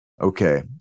Okay